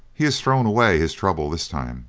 he has thrown away his trouble this time,